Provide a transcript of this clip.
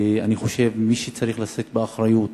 אני חושב שמי שצריך לשאת באחריות